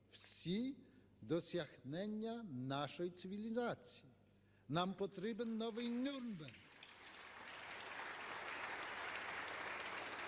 всі досягнення нашої цивілізації. Нам потрібен новий Нюрнберг,